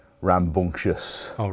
rambunctious